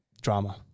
Drama